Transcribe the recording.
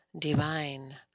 divine